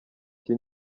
iki